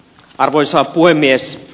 arvoisa puhemies